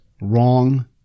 wrong